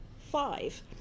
five